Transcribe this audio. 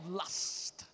lust